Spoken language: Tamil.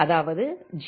அதாவது ஜி